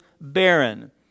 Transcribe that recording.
barren